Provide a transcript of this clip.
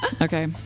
Okay